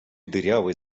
дырявой